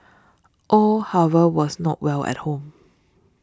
all however was not well at home